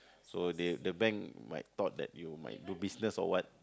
so they the bank might thought that you might do business or what